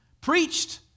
Preached